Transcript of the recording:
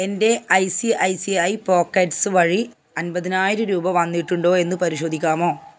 എൻ്റെ I C I C I pockets വഴി അൻപതിനായിരം രൂപ വന്നിട്ടുണ്ടോ എന്ന് പരിശോധിക്കാമോ